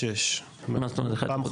1.46. מה זאת אומרת 1.46?